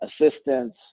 assistance